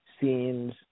scenes